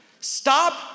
Stop